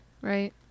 right